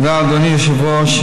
תודה, אדוני היושב-ראש.